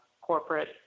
corporate